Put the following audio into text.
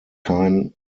kein